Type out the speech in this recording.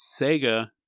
Sega